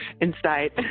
inside